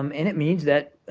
um and it means that,